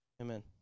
Amen